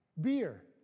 Beer